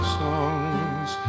songs